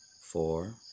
four